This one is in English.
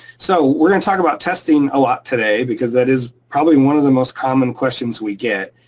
so we're gonna talk about testing a lot today because that is probably one of the most common questions we get.